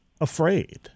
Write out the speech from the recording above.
afraid